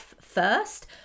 first